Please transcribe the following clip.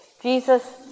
Jesus